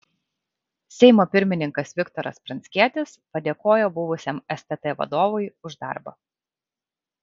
seimo pirmininkas viktoras pranckietis padėkojo buvusiam stt vadovui už darbą